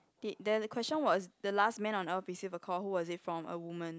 there's a question was the last man on earth receive a call who was it from a woman